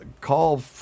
call